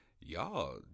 y'all